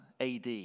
AD